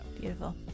beautiful